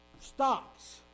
stops